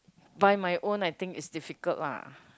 by my own I think is difficult lah